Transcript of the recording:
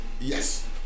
Yes